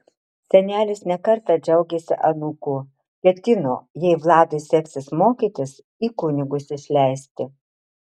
senelis ne kartą džiaugėsi anūku ketino jei vladui seksis mokytis į kunigus išleisti